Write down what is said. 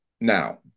Now